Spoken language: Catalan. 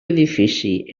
edifici